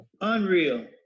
Unreal